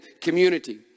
community